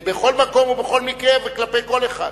בכל מקום ובכל מקרה וכלפי כל אחד.